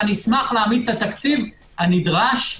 ואשמח להעמיד את התקציב הנדרש,